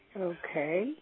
Okay